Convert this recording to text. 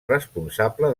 responsable